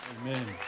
Amen